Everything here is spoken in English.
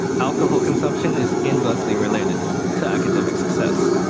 alcohol consumption is inversely related to academic success.